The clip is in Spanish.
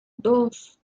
dos